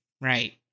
right